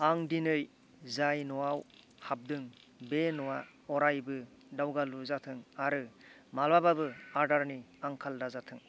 आं दिनै जाय न'आव हाबदों बे न'आ अरायबो दावगालु जाथों आरो माब्लाबाबो आदारनि आंखाल दाजाथों